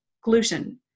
gluten